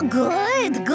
good